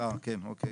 אה, כן אוקיי.